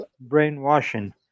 brainwashing